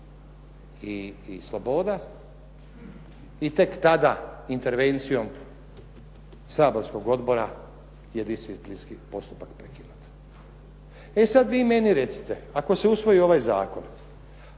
i sloboda i tek tada intervencijom saborskog odbora je disciplinski postupak prekinut. E sad vi meni recite, ako se usvoji ovaj zakon,